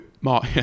Mark